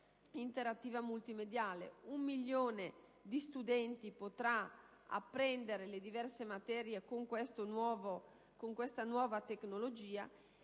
interattiva multimediale; un milione di studenti potrà apprendere le diverse materie attraverso questa nuova tecnologia